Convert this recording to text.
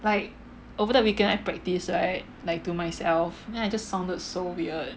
like over the weekend I practice right like to myself then I just sounded so weird